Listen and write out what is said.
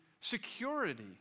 security